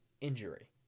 injury